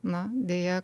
na deja